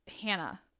Hannah